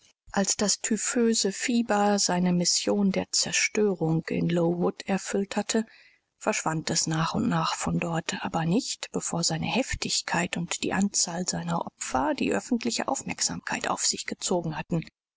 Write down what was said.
als das typhöse fieber seine mission der zerstörung in lowood erfüllt hatte verschwand es nach und nach von dort aber nicht bevor seine heftigkeit und die anzahl seiner opfer die öffentliche aufmerksamkeit auf sich gezogen hatten